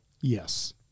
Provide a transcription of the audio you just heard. Yes